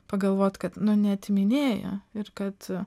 pagalvot kad nu neatiminėja ir kad a